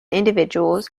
individuals